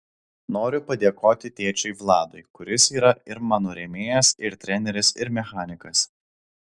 noriu padėkoti tėčiui vladui kuris yra ir mano rėmėjas ir treneris ir mechanikas